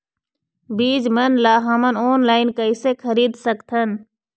बीज मन ला हमन ऑनलाइन कइसे खरीद सकथन?